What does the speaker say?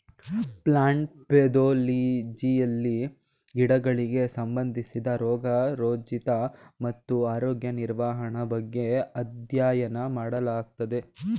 plant ಪೆದೊಲಜಿಯಲ್ಲಿ ಗಿಡಗಳಿಗೆ ಸಂಬಂಧಿಸಿದ ರೋಗ ರುಜಿನ ಮತ್ತು ಆರೋಗ್ಯ ನಿರ್ವಹಣೆ ಬಗ್ಗೆ ಅಧ್ಯಯನ ಮಾಡಲಾಗುತ್ತದೆ